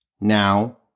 now